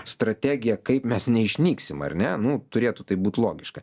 strategiją kaip mes neišnyksim ar ne nu turėtų tai būtų logiška